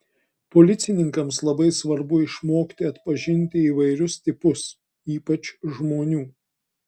policininkams labai svarbu išmokti atpažinti įvairius tipus ypač žmonių